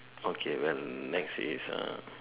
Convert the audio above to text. okay well next is uh